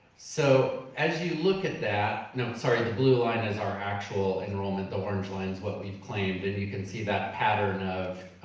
so as you look at that, no sorry, the blue line is our actual enrollment, the orange line's what we've claimed. and you can see that pattern of,